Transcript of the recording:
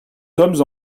sommes